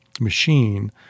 machine